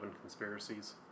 Conspiracies